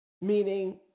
Meaning